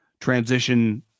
transition